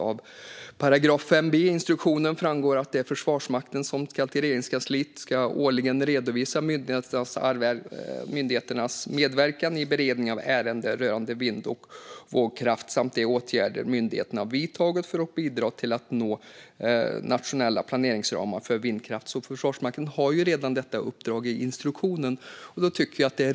Av 5 b § i instruktionen framgår att det är Försvarsmakten som till Regeringskansliet årligen ska redovisa myndighetens medverkan i beredningen av ärenden rörande vind och vågkraft samt de åtgärder myndigheten har vidtagit för att bidra till att nå nationella planeringsramar för vindkraft. Försvarsmakten har redan detta uppdrag i instruktionen.